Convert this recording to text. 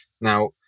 Now